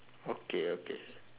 okay okay